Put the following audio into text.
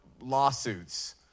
lawsuits